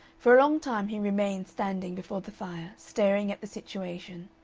for a long time he remained standing before the fire, staring at the situation.